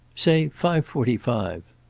say five forty-five.